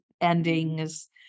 endings